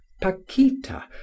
Paquita